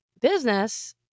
business